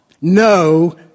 No